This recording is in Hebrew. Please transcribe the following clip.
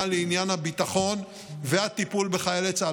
לעניין הביטחון והטיפול בחיילי צה"ל,